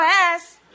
ass